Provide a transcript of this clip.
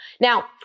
now